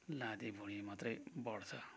लादे भुँडी मात्रै बढ्छ